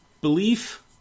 belief